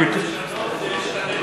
באנו לשנות והשתנינו.